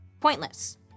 pointless